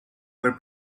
were